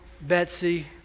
Betsy